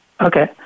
Okay